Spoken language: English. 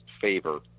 favor